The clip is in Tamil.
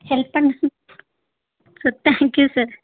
ஹெல்ப் பண் சார் தேங்க் யூ சார்